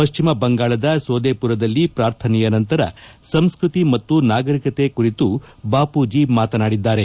ಪಶ್ಚಿಮ ಬಂಗಾಳದ ಸೋದೆಪುರದಲ್ಲಿ ಪ್ರಾರ್ಥನೆಯ ನಂತರ ಸಂಸ್ಕೃತಿ ಮತ್ತು ನಾಗರಿಕತೆ ಕುರಿತು ಬಾಪೂಜಿ ಮಾತನಾಡಿದ್ದಾರೆ